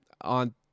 on